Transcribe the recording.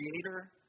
creator